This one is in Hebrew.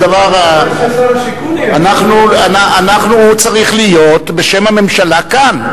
זה דבר, הוא צריך להיות בשם הממשלה כאן.